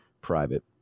private